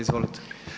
Izvolite.